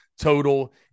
total